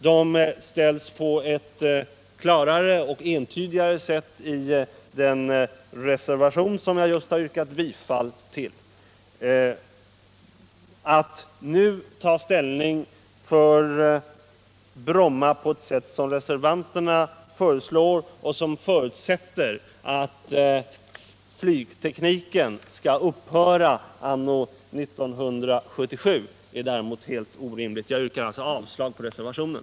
De ställs på ett klarare och entydigare sätt i den motion jag just har yrkat bifall till. Att nu ta ställning för Bromma på det sätt som reservanterna föreslår och som förutsätter att flygteknikens utveckling skall upphöra anno 1977 är däremot helt orimligt. Jag yrkar alltså avslag på reservationen.